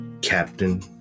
Captain